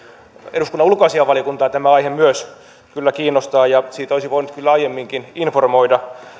eduskunnan ulkoasiainvaliokuntaa tämä aihe myös kyllä kiinnostaa ja siitä olisi voinut kyllä aiemminkin informoida